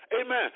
Amen